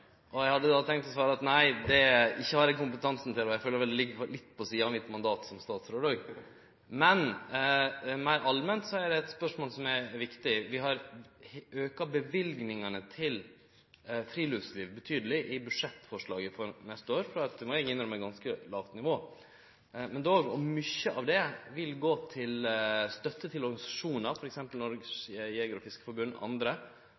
Eg hadde då tenkt å svare at eg ikkje har kompetanse til det, og at eg òg føler at det ligg litt på sida av mitt mandat som statsråd. Men meir allment er dette eit viktig spørsmål. Vi har auka løyvingane til friluftsliv betydeleg i budsjettforslaget for neste år, for – må eg innrømme – det var på eit ganske lågt nivå. Men mykje av det vil gå til støtte til organisasjonar,